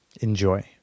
Enjoy